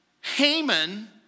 Haman